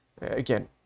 Again